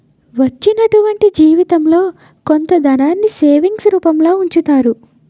వచ్చినటువంటి జీవితంలో కొంత ధనాన్ని సేవింగ్స్ రూపంలో ఉంచుతారు